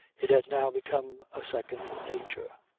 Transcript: it had now become a second nature.